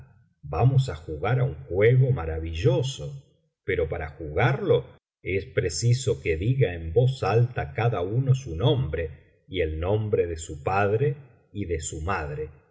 vamos á jugar á un juego maravilloso pero para jugarlo es preciso que diga en alta voz cada uno su nombre y el nombre de su padre y de su madre